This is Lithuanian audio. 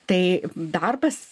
tai darbas